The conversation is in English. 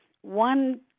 one